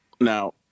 now